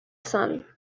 sun